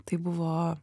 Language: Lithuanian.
tai buvo